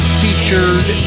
featured